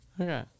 Okay